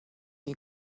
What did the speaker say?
you